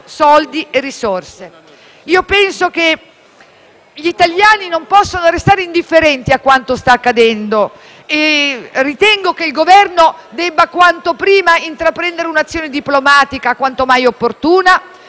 Io penso che gli italiani non possano restare indifferenti a quanto sta accadendo e ritengo che il Governo debba quanto prima intraprendere un'azione diplomatica quanto mai opportuna.